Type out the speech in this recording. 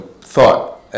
thought